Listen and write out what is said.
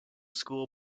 school